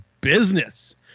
business